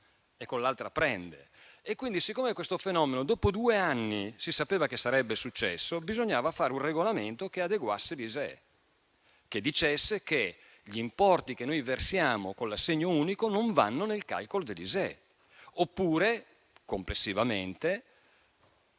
e con l'altra prende.